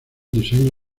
diseño